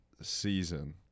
season